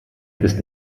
ist